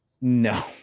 no